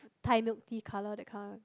Thai milk tea colour that kind of